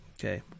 Okay